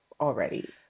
already